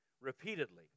repeatedly